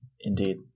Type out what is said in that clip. Indeed